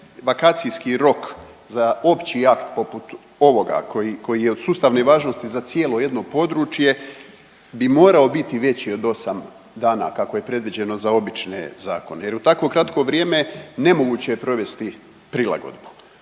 vakacijski rok za opći akt poput ovoga koji, koji je od sustavne važnosti za cijelo jedno područje bi morao biti veći od 8 dana kako je predviđeno za obične zakone jer u tako kratko vrijeme nemoguće je provesti prilagodbu,